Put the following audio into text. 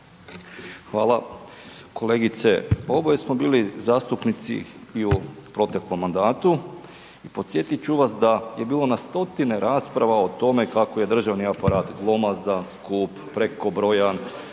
Hvala kolegice. Pa oboje smo bili zastupnici i u proteklom mandatu. Podsjetit ću vas da je bilo na stotine rasprava o tome kako je državni aparat glomazan, skup, prekobrojan,